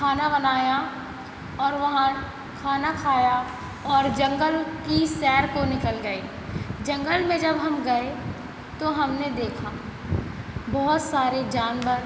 खाना बनायाँ और वहाँ खाना खाया और जंगल की सैर को निकल गए जंगल में जब हम गए तो हमने देखा बहुत सारे जानवर